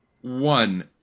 One